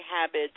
habits